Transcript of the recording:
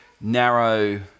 narrow